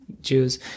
Jews